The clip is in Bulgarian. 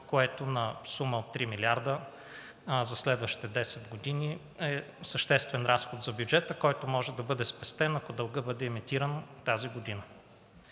което на сума от 3 милиарда за следващите 10 години е съществен разход за бюджета, който може да бъде спестен, ако дългът бъде емитиран тази година.